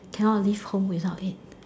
cannot leave home without it